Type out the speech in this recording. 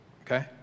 okay